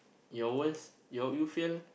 your worst your you fail